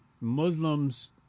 Muslims